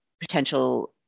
potential